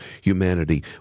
humanity